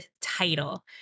title